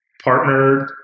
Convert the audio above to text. partnered